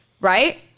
right